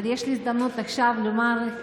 אבל יש לי הזדמנות עכשיו לומר,